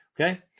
Okay